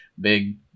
big